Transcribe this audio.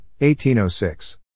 1806